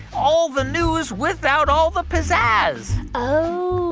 all the news without all the pizzazz oh